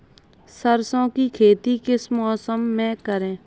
सरसों की खेती किस मौसम में करें?